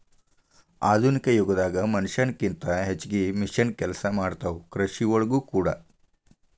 ಆಧುನಿಕ ಯುಗದಾಗ ಮನಷ್ಯಾನ ಕಿಂತ ಹೆಚಗಿ ಮಿಷನ್ ಕೆಲಸಾ ಮಾಡತಾವ ಕೃಷಿ ಒಳಗೂ ಕೂಡಾ